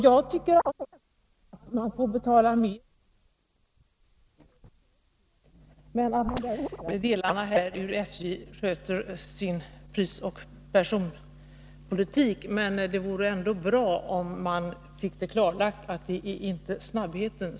Jag tycker att man kan acceptera att betala mera för att få service ombord på ett tåg. Däremot har jag svårt att förstå att man skall behöva betala mera för att få åka snabbt.